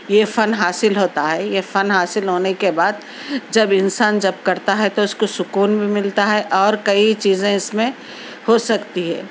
یہ فَن حاصل ہوتا ہے یہ فَن حاصل ہونے کے بعد جب انسان جب کرتا ہے تو اِس کو سکون بھی ملتا ہے اور کئی چیزیں اِس میں ہو سکتی ہے